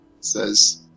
says